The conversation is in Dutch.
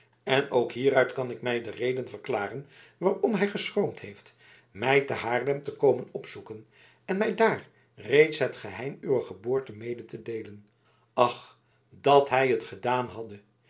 en ook hieruit kan ik mij de reden verklaren waarom hij geschroomd heeft mij te haarlem te komen opzoeken en mij daar reeds het geheim uwer geboorte mede te deelen ach dat hij het gedaan hadde